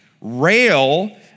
rail